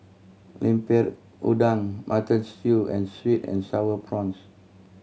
Lemper Udang Mutton Stew and sweet and Sour Prawns